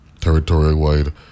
territory-wide